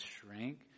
shrink